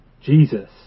Jesus